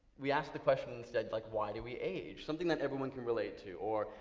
we ask the question, instead, like, why do we age? something that everyone can relate to. or,